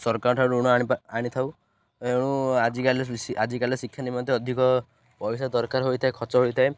ସରକାରଙ୍କଠାରୁ ଋଣ ଆଣି ଆଣିଥାଉ ଏଣୁ ଆଜିକାଲି ଆଜିକାଲି ଶିକ୍ଷା ନିମନ୍ତେ ଅଧିକ ପଇସା ଦରକାର ହୋଇଥାଏ ଖର୍ଚ୍ଚ ହୋଇଥାଏ